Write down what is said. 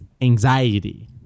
anxiety